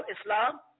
Islam